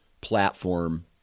platform